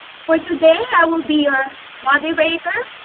for today i will be your moderator.